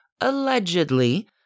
allegedly